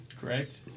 correct